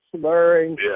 slurring